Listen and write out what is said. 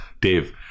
dave